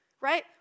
right